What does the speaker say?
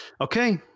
Okay